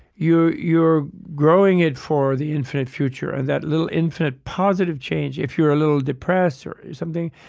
you're you're growing it for the infinite future and that little infinite positive change if you're a little depressed or something,